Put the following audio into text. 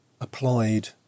applied